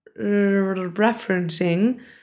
referencing